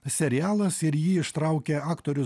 serialas ir jį ištraukė aktorius